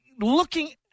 looking